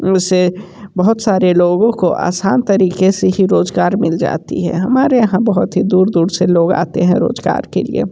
से बहुत सारे लोगों को आसान तरीके से ही रोजगार मिल जाती है हमारे यहाँ बहुत ही दूर दूर से लोग आते हैं रोजगार के लिए